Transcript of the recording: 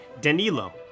Danilo